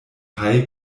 hai